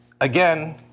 again